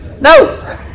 No